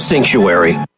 Sanctuary